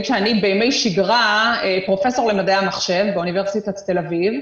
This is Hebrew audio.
שאני בימי שגרה פרופסור למדעי המחשב באוניברסיטת תל-אביב.